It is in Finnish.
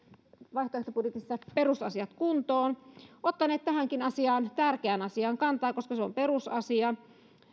vaihtoehtobudjetissamme perusasiat kuntoon ottaneet tähänkin tärkeään asiaan kantaa koska se on perusasia